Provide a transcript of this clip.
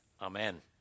Amen